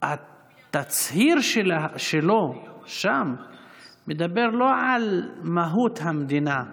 התצהיר שלו שם לא מדבר על מהות המדינה היהודית,